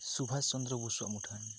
ᱥᱩᱵᱷᱟᱥ ᱪᱚᱱᱫᱨᱚ ᱵᱚᱥᱩᱣᱟᱜ ᱢᱩᱴᱷᱟᱹᱱ